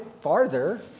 farther